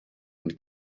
und